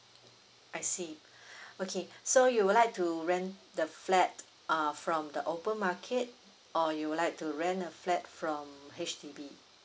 I see okay so you would like to rent the flat uh from the open market or you would like to rent a flat from H_D_B